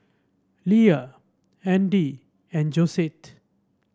Leia Andy and Josette